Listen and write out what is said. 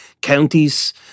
counties